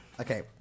Okay